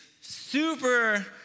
super